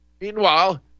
Meanwhile